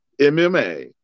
MMA